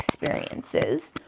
experiences